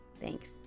Thanks